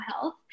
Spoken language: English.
health